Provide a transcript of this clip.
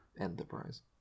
Enterprise